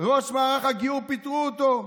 ראש מערך הגיור פיטרו אותו.